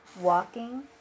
walking